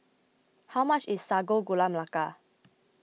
how much is Sago Gula Melaka